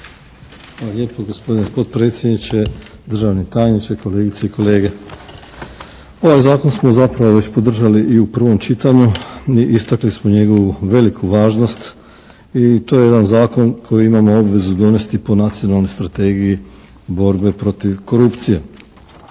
lijepo, gospodine potpredsjedniče, državni tajniče, kolegice i kolege. Ovaj Zakon smo zapravo već podržali i u prvom čitanju i istakli smo njegovu veliku važnost i to je jedan zakon koji imamo obvezu donesti po Nacionalnoj strategiji borbe protiv korupcije.